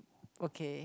okay